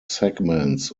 segments